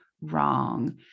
wrong